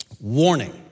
Warning